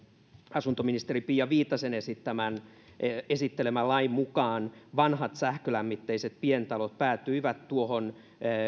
asuntoministeri pia viitasen esittelemän lain mukaan vanhat sähkölämmitteiset pientalot päätyivät tuohon